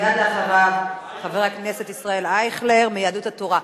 מייד אחריו, חבר הכנסת ישראל אייכלר מיהדות התורה.